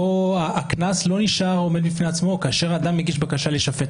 הקנס לא נשאר כאשר אדם מגיש בקשה להישפט.